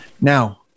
Now